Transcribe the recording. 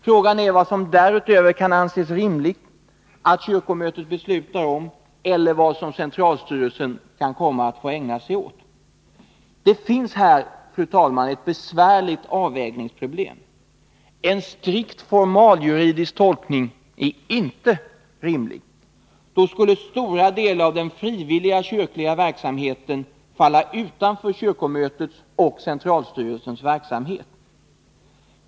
Frågan är vad som därutöver kan anses rimligt att kyrkomötet beslutar om eller vad som centralstyrelsen kan komma att få ägna sig åt. Det finns här, fru talman, ett besvärligt avvägningsproblem. En strikt formaljuridisk tolkning är inte rimlig. Då skulle stora delar av den frivilliga kyrkliga verksamheten falla utanför kyrkomötets och centralstyrelsens verksamhet.